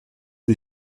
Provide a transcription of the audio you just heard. des